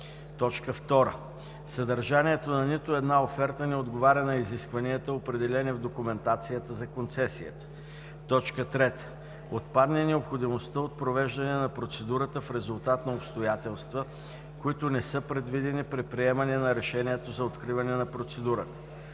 2. съдържанието на нито една оферта не отговаря на изискванията, определени в документацията за концесията; 3. отпадне необходимостта от провеждане на процедурата в резултат на обстоятелства, които не са предвидени при приемане на решението за откриването на процедурата;